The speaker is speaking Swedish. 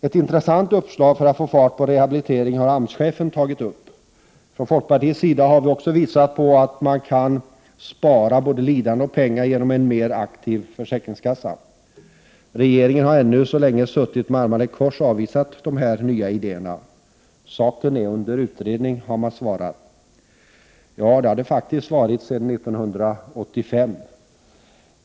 Ett intressant uppslag för att få fart på rehabiliteringen har AMS-chefen tagit upp. Från folkpartiets sida har vi också visat att både lidande och pengar kan sparas genom en mer aktiv försäkringskassa. Regeringen har ännu så länge suttit med armarna i kors och avvisat de här nya idéerna. Saken är under utredning, har man svarat. Ja, det har den faktiskt varit sedan 1985.